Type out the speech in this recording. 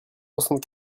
soixante